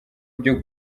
byo